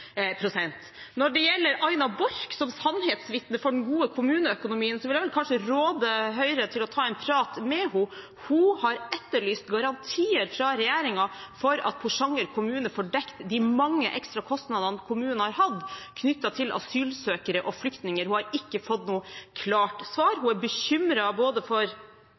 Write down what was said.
prat med henne. Hun har etterlyst garantier fra regjeringen for at Porsanger kommune får dekket de mange ekstra kostnadene kommunen har hatt knyttet til asylsøkere og flyktninger. Hun har ikke fått noe klart svar. Hun er bekymret for tilgang på ansatte og ikke minst for